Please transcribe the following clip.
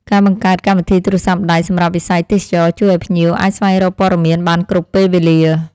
ការបង្កើតកម្មវិធីទូរស័ព្ទដៃសម្រាប់វិស័យទេសចរណ៍ជួយឱ្យភ្ញៀវអាចស្វែងរកព័ត៌មានបានគ្រប់ពេលវេលា។